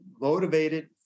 motivated